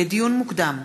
לדיון מוקדם: